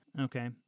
Okay